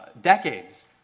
Decades